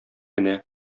генә